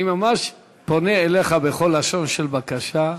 אני ממש פונה אליך בכל לשון של בקשה.